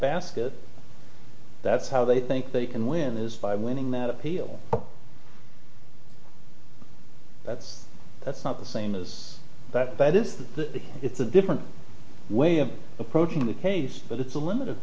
basket that's how they think they can win is by winning that appeal that's that's not the same as that is the it's a different way of approaching the case but it's a limited